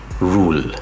Rule